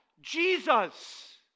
Jesus